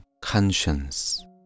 Conscience